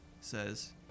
says